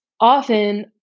often